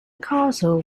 castle